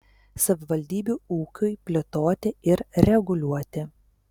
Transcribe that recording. savivaldybių ūkiui plėtoti ir reguliuoti